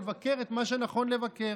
לבקר את מה שנכון לבקר.